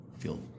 feel